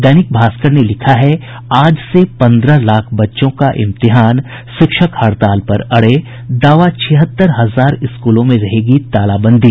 दैनिक भास्कर ने लिखा है आज से पन्द्रह लाख बच्चों का इम्तिहान शिक्षक हड़ताल पर अड़े दावा छिहत्तर हजार स्कूलों में रहेगी तालाबंदी